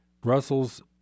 Brussels